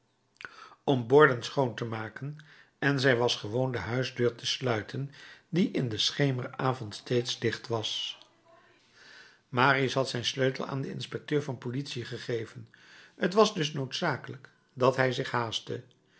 om borden schoon te maken en zij was gewoon de huisdeur te sluiten die in den schemeravond steeds dicht was marius had zijn sleutel aan den inspecteur van politie gegeven t was dus noodzakelijk dat hij zich haastte